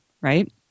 right